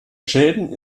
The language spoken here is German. schäden